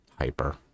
hyper